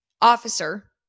Officer